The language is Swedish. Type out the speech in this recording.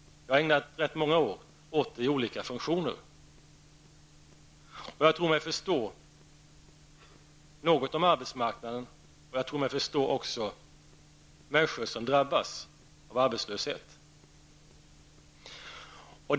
Jag har ägnat rätt många år åt olika funktioner, och jag tror mig förstå något om arbetsmarknaden och jag tror mig förstå också människor som drabbas av arbetslöshet.